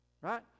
right